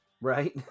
Right